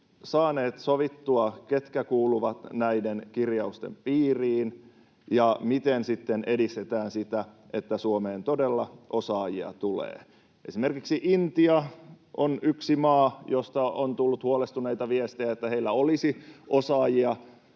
saaneet sovittua, ketkä kuuluvat näiden kirjausten piiriin ja miten sitten edistetään sitä, että Suomeen todella osaajia tulee? Esimerkiksi Intia on yksi maa, josta on tullut huolestuneita viestejä, että heillä olisi osaajia